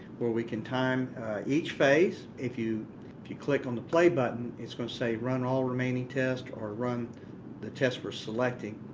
where we can time each phase. if you click on the play button, it's going to say run all remaining test or run the test for selecting.